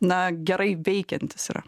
na gerai veikiantis yra